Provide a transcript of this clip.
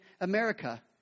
America